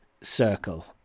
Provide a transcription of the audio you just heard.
circle